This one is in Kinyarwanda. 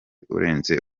urenze